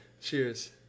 cheers